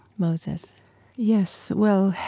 moses yes, well,